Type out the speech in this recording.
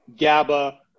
GABA